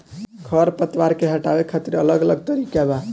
खर पतवार के हटावे खातिर अलग अलग तरीका बा